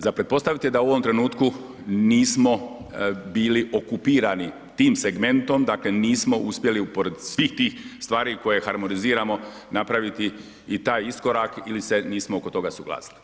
Za pretpostaviti je da u ovom trenutku nismo bili okupirani tim segmentom, dakle nismo uspjeli pored svih tih stvari koje harmoniziramo, napraviti i taj iskorak ili se nismo oko toga suglasili.